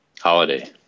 holiday